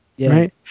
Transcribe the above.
right